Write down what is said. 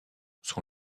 son